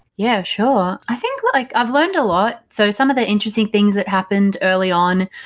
yeah, sure. i think like i've learned a lot. so some of the interesting things that happened early on,